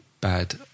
bad